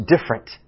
different